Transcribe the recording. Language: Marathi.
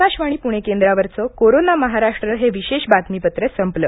आकाशवाणी पुणे केंद्रावरचं कोरोना महाराष्ट्र हे विशेष बातमीपत्र संपलं